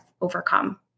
overcome